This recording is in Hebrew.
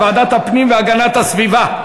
הצעת מועמדים לכהונת מבקר המדינה),